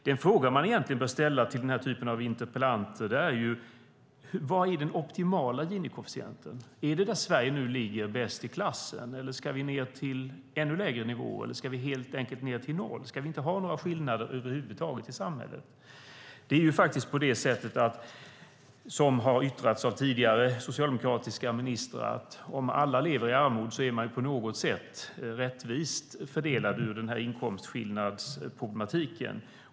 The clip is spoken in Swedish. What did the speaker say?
Den fråga man egentligen bör ställa till denna typ av interpellanter är: Vad är den optimala Gini-koefficienten? Är det där Sverige nu ligger - bäst i klassen? Ska vi ned till en ännu lägre nivå? Ska vi kanske ned till noll och inte ha några skillnader över huvud taget i samhället? Som har yttrats av tidigare socialdemokratiska ministrar är det så att om alla lever i armod är det hela på ett sätt rättvist fördelat när det gäller inkomstskillnadsproblematiken.